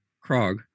Krog